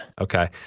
Okay